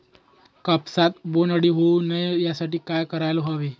कापसात बोंडअळी होऊ नये यासाठी काय करायला हवे?